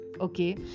okay